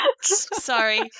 Sorry